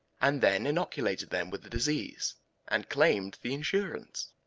and then inoculated them with the disease and claimed the insurance.